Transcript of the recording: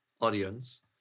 audience